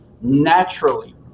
naturally